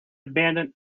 abandoned